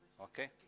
Okay